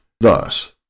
Thus